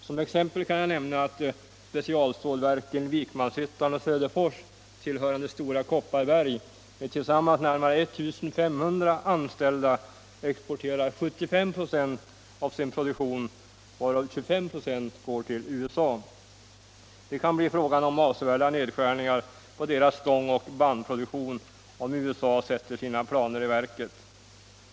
Som exempel kan jag nämna att specialstålverken Vikmanshyttan och Söderfors, tillhörande Stora Kopparberg, med tillsammans närmare 1 500 anställda exporterar 75 96 av sin produktion varav 25 96 går till USA. Det kan bli frågan om avsevärda nedskärningar av deras stångoch bandproduktion om USA sätter sina planer i verket.